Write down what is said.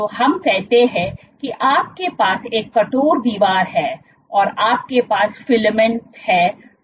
तो हम कहते हैं कि आपके पास एक कठोर दीवार है और आपके पास फिलामेंट्स हैं जो पॉलीमराइज़्ड हैं